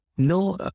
No